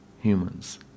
humans